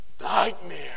nightmare